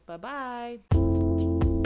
Bye-bye